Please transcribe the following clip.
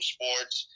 Sports